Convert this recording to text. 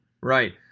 Right